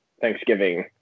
Thanksgiving